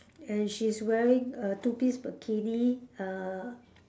and she's wearing a two piece bikini err